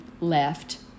left